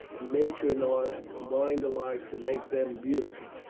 and nature and art have combined alike to make them beautiful.